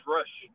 Rush